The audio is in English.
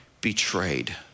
betrayed